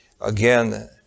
again